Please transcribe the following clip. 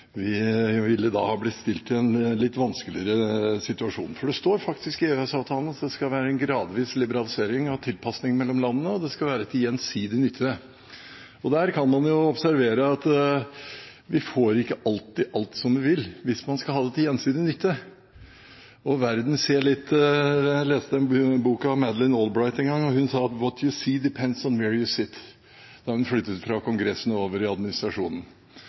Vi ville da blitt stilt i en litt vanskeligere situasjon. Det står faktisk i EØS-avtalen at det skal være en gradvis liberalisering og tilpasning mellom landene, og at det skal være til gjensidig nytte. Man kan jo observere at vi får ikke alltid alt som vi vil, hvis det skal være til gjensidig nytte. Jeg leste en bok av Madeleine Albright en gang, og hun sa: «What you see depends on where you sit» da hun flyttet fra Kongressen over i administrasjonen.